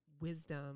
wisdom